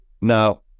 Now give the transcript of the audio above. Now